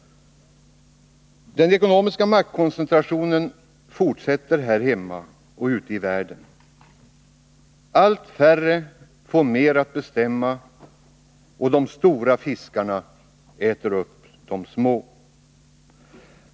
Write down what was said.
Den ekonomiska maktkoncentrationen fortsätter här hemma och ute i världen. En allt mindre krets får alltmer att bestämma om, och de stora fiskarna äter upp de små.